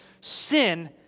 sin